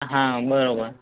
હા બરાબર